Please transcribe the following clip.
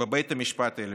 בבית המשפט העליון,